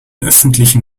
öffentlichen